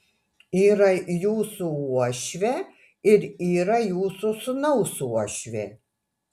yra jūsų uošvė ir yra jūsų sūnaus uošvė